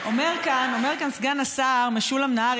אומר כאן סגן השר משולם נהרי,